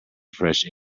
fresh